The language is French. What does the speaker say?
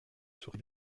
souris